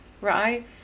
right